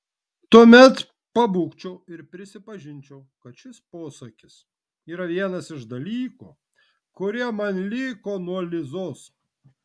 tuomet pabūgčiau ir prisipažinčiau kad šis posakis yra vienas iš dalykų kurie man liko nuo lizos